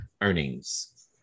earnings